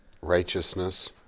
righteousness